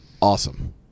awesome